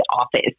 office